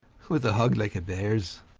with a hug like a bear's,